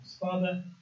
Father